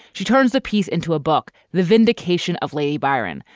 she turns the piece into a book, the vindication of lady biron.